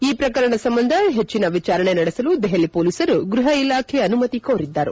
ಈ ಪ್ರಕರಣ ಸಂಬಂಧ ಪೆಚ್ಚಿನ ವಿಚಾರಣೆ ನಡೆಸಲು ದೆಹಲಿ ಪೊಲೀಸರು ಗೃಪ ಇಲಾಖೆ ಅನುಮತಿ ಕೋರಿದ್ದರು